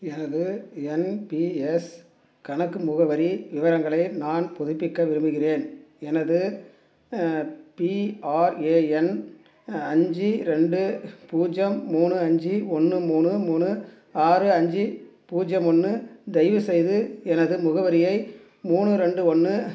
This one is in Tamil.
எனது என் பி எஸ் கணக்கு முகவரி விவரங்களை நான் புதுப்பிக்க விரும்புகிறேன் எனது பிஆர்ஏஎன் அஞ்சு ரெண்டு பூஜ்ஜியம் மூணு அஞ்சு ஒன்று மூணு மூணு ஆறு அஞ்சு பூஜ்ஜியம் ஒன்று தயவுசெய்து எனது முகவரியை மூணு ரெண்டு ஒன்று